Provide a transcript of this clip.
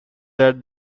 that